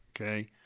okay